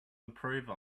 improve